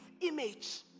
image